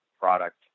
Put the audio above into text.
product